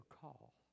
call